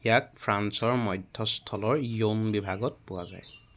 ইয়াক ফ্ৰান্সৰ মধ্যস্থলৰ য়'ন বিভাগত পোৱা যায়